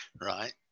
Right